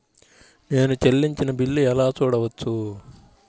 నేను చెల్లించిన బిల్లు ఎలా చూడవచ్చు?